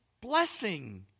blessing